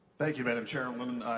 thank you, madam chairwoman.